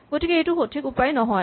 গতিকে এইটো সঠিক উপায় নহয়